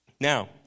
Now